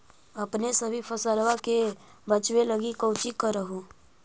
अपने सभी फसलबा के बच्बे लगी कौची कर हो?